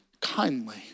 kindly